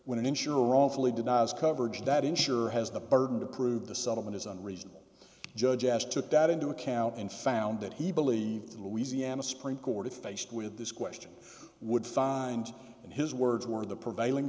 an insurer wrongfully denies coverage that insure has the burden to prove the settlement is unreasonable judge as took that into account and found that he believed the louisiana supreme court faced with this question would find in his words or the prevailing